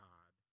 God